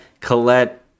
Colette